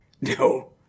No